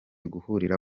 guhurira